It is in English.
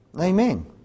Amen